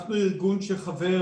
אנחנו ארגון שחבר